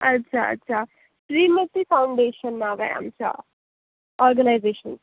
अच्छा अच्छा श्रीमती फाउंडेशन नाव आहे आमच्या ऑर्गनायजेशन